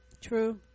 true